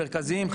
מרכזיים,